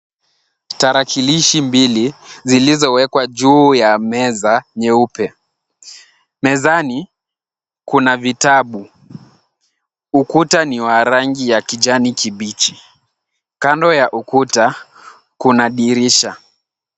Tarakilishi mbili zilizowekwa juu ya meza nyeupe. Mezani kuna vitabu. Ukuta ni wa rangi ya kijani kibichi. Kando ya ukuta kuna dirisha.